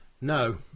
No